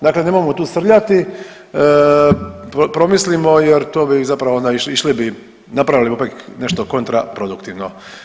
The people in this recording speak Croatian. Dakle, nemojmo tu srljati, promislimo jer to bi zapravo išli bi napravili bi opet nešto kontraproduktivno.